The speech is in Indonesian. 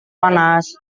panas